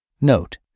Note